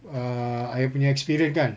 err ayah punya experience kan